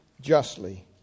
justly